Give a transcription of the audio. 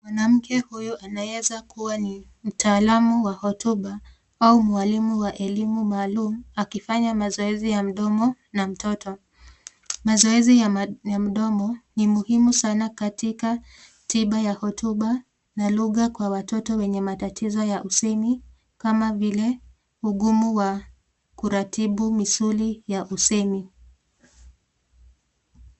Mwanamke huyu anaeza kuwa ni mtaalamu wa hotupa au mwalimu wa elimu maalum akifanya mazoezi ya mdomo na mtoto. Mazoezi ya mdomo ni muhimu sana katika tiba ya hotuba na lugha kwa watoto wenye matatizo ya usemi kama vile ukumu wa kuratifu wa usemi.